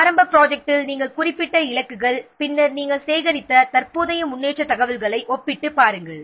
ஆரம்ப ப்ராஜெக்ட்டில் நாம் குறிப்பிட்ட இலக்குகளை நாம் சேகரித்த தற்போதைய முன்னேற்றத் தகவல்களுடன் ஒப்பிடுகிறோம்